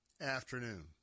afternoon